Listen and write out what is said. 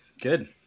Good